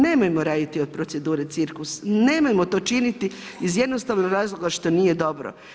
Nemojmo raditi od procedure cirkus, nemojmo to činiti iz jednostavnog razloga što nije dobro.